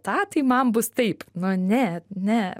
tą tai man bus taip nu ne ne